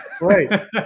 Right